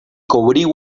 cobriu